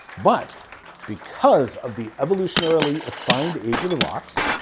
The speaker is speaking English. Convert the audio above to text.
but because of the evolutionarily assigned age of the rocks,